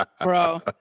Bro